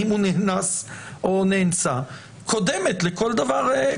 אם הוא נאנס קודמת לכל דבר אחר.